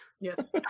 Yes